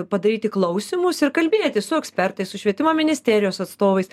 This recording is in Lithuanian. padaryti klausymus ir kalbėtis su ekspertais su švietimo ministerijos atstovais